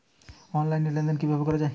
Online লেনদেন কিভাবে করা হয়?